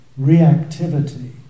reactivity